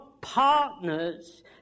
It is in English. partners